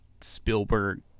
Spielberg